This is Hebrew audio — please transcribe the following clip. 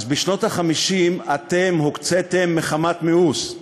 אז בשנות ה-50 אתם הוקציתם מחמת מיאוס.